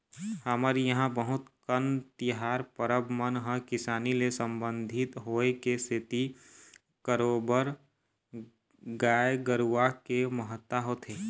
हमर इहाँ बहुत कन तिहार परब मन ह किसानी ले संबंधित होय के सेती बरोबर गाय गरुवा के महत्ता होथे